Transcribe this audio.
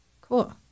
Cool